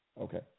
Okay